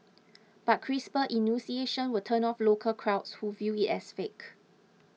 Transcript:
but crisper enunciation will turn off local crowds who view it as fake